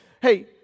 hey